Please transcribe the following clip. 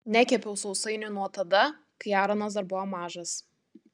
nekepiau sausainių nuo tada kai aronas dar buvo mažas